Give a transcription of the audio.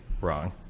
wrong